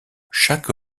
chaque